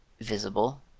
visible